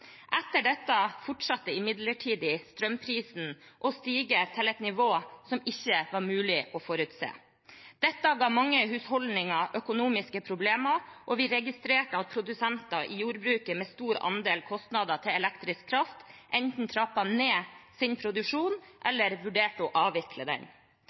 Etter dette fortsatte imidlertid strømprisen å stige til et nivå som ikke var mulig å forutse. Dette ga mange husholdninger økonomiske problemer, og vi registrerte at produsenter i jordbruket med stor andel kostnader til elektrisk kraft enten trappet ned sin produksjon eller vurderte å avvikle den.